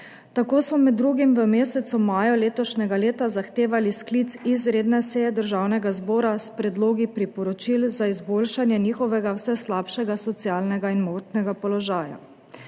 Tako smo med drugim v mesecu maju letošnjega leta zahtevali sklic izredne seje Državnega zbora s predlogi priporočil za izboljšanje njihovega vse slabšega socialnega in gmotnega položaja.